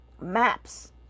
maps